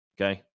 Okay